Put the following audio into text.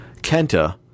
Kenta